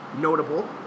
Notable